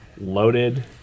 loaded